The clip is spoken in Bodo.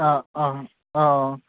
अ अ अ